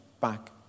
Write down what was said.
Back